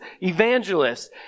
evangelists